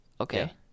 Okay